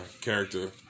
character